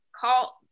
call